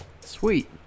sweet